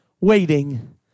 waiting